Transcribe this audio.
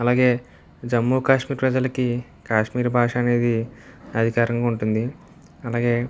అలాగే జమ్మూ కాశ్మీర్ ప్రజలకి కాశ్మీర్ భాష అనేది అధికారికంగా ఉంటుంది అలాగే